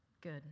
good